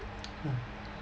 mm